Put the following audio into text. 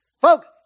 Folks